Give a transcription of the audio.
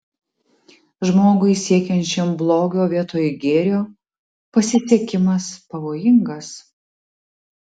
žmogui siekiančiam blogio vietoj gėrio pasisekimas pavojingas